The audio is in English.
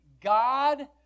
God